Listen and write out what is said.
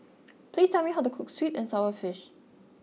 please tell me how to cook Sweet and Sour Fish